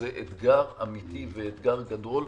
זה אתגר אמיתי וגדול.